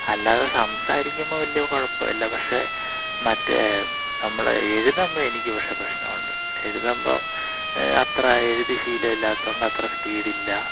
അല്ലാതെ സംസാരിക്കുമ്പം വലിയ കുഴപ്പമില്ല പക്ഷേ മറ്റേ നമ്മൾ എഴുതുമ്പം എനിക്ക് പക്ഷേ പ്രശ്നമുണ്ട് എഴുതുമ്പം അത്ര എഴുതി ശീലം ഇല്ലാത്തതുകൊണ്ട് അത്ര സ്പീഡ് ഇല്ല